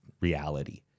reality